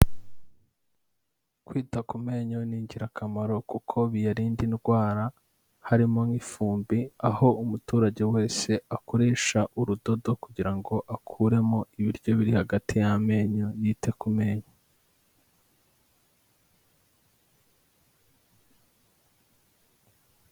Kwita ku menyo n'ingirakamaro, kuko biyarinda indwara, harimo nk'ifumbi. Aho umuturage wese akoresha urudodo kugira ngo akuremo ibiryo biri hagati y'amenyo, yite ku menyo.